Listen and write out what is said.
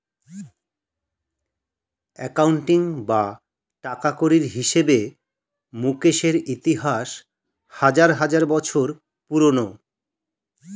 accounting বা টাকাকড়ির হিসেবে মুকেশের ইতিহাস হাজার হাজার বছর পুরোনো